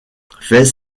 fait